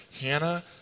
Hannah